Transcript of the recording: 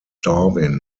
darwin